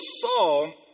Saul